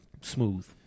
smooth